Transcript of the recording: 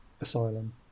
asylum